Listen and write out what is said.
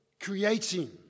creating